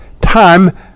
time